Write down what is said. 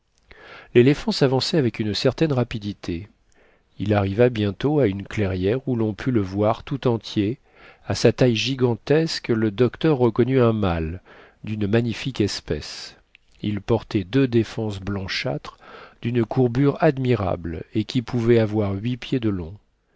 l'éléphant s'avançait avec une certaine rapidité il arriva bientôt à une clairière où l'on put le voir tout entier à sa taille gigantesque le docteur reconnut un mâle d'une magnifique espèce il portait deux défenses blanchâtres d'une courbure admirable et qui pouvaient avoir huit pieds de long